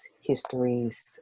histories